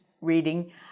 reading